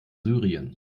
syrien